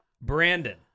Brandon